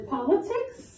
politics